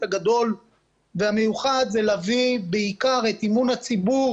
הגדול והמיוחד זה להביא בעיקר את אמון הציבור